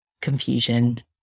confusion